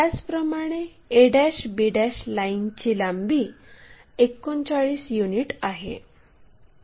त्याचप्रमाणे ab लाईनची लांबी 39 युनिट आहे